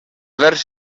vers